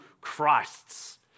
Christs